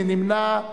מי נמנע?